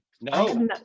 No